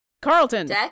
Carlton